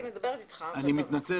אני מבקשת